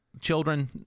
children